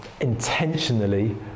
intentionally